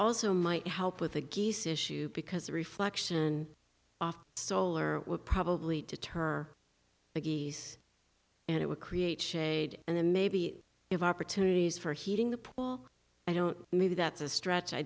also might help with the geese issue because the reflection off solar would probably deter the geese and it would create shade and then maybe of opportunities for heating the pool i don't mean that's a stretch i